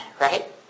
right